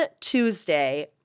Tuesday